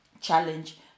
challenge